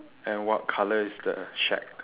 and what colour is the shack